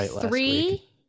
three